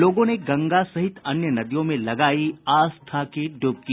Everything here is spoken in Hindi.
लोगों ने गंगा सहित अन्य नदियों में लगायी आस्था की ड्बकी